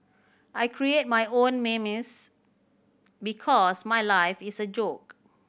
I create my own memes because my life is a joke